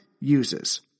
uses